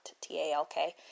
T-A-L-K